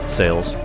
sales